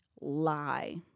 lie